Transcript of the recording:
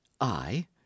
I